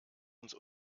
uns